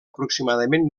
aproximadament